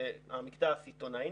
שנקרא לו המקטע הסיטונאי,